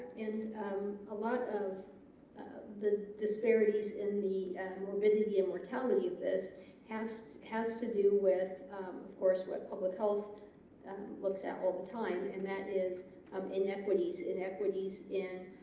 a lot of the disparities in the morbidity and mortality of this has has to do with of course what public health looks at all the time and that is um inequities inequities in